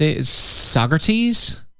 Socrates